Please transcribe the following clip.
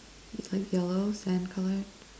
he like yellow sand colour